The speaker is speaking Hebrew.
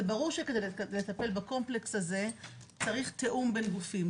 זה ברור שלטפל בקומפלקס הזה צריך תיאום בין גופים,